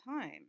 time